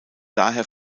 daher